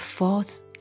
Fourth